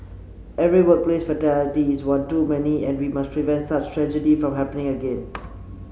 every workplace fatality is one too many and we must prevent such tragedy from happening again